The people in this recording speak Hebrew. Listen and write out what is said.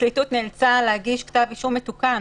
הפרקליטות נאלצה להגיש כתב אישום מתוקן